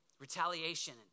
retaliation